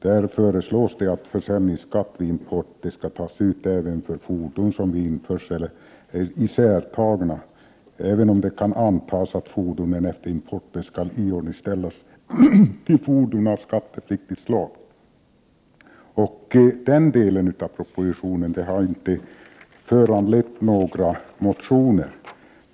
Där föreslås att försäljningsskatt vid import skall tas ut även för fordon som vid införsel är isärtagna, om det kan antas att fordonen efter importen skall iordningställas till fordon av skattepliktigt slag. Den delen av propositionen har inte föranlett några motioner.